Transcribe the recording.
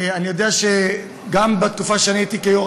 אני יודע שגם בתקופה שאני הייתי יו"ר